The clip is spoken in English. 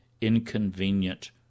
inconvenient